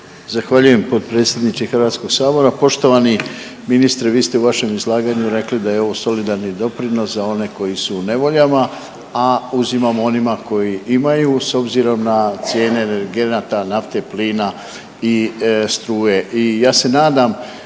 Zahvaljujem potpredsjedniče HS. Poštovani ministre, vi ste u vašem izlaganju rekli da je ovo solidarni doprinos za one koji su u nevoljama, a uzimamo onima koji imaju s obzirom na cijene energenata, nafte, plina i struje.